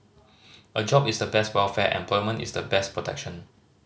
a job is the best welfare employment is the best protection